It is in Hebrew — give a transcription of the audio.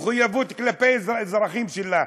מחויבות כלפי אזרחים שלה.